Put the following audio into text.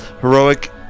heroic